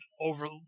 over